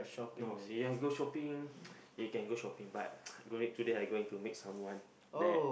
no you want go shopping you can go shopping but going today I going to meet someone that